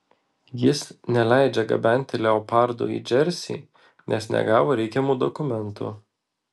jis neleidžia gabenti leopardų į džersį nes negavo reikiamų dokumentų